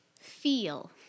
feel